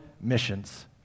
missions